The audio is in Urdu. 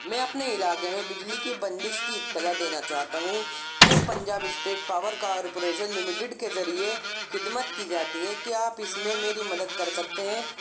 میں اپنے علاقے میں بجلی کی بندش کی اطلاع دینا چاہتا ہوں جو Punjab state power corporation limited کے ذریعے خدمت کی جاتی ہیں کیا آپ اس میں میری مدد کر سکتے ہیں